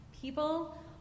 people